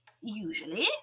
Usually